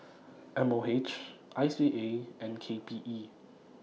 M O H I C A and K P E